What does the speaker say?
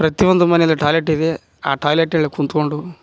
ಪ್ರತಿ ಒಂದು ಮನೆಯಲ್ಲಿ ಟಾಯ್ಲೆಟ್ ಇದೆ ಆ ಟಾಯ್ಲೆಟಲ್ಲಿ ಕುತ್ಕೊಂಡು